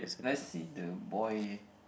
let's see the boy